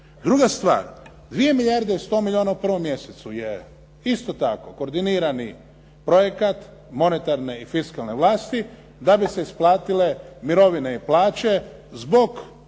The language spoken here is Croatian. Druga stvar. 2 milijarde i 100 milijuna u prvom mjesecu je isto tako koordinirani projekat monetarne i fiskalne vlasti da bi se isplatile mirovine i plaće zbog